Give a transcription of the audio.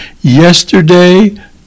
yesterday